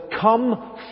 Come